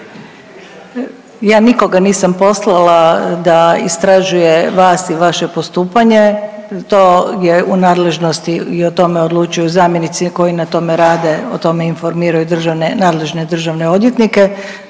Ja nikoga nisam poslala da istražuje vas i vaše postupanje, to je u nadležnost i o tome odlučuju zamjenici koji na tome rade o tome informiranju nadležne državne odvjetnike,